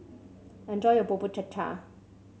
enjoy your Bubur Cha Cha